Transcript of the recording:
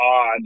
odd